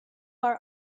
our